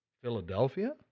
Philadelphia